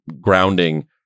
grounding